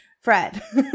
Fred